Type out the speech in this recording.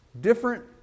different